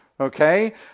Okay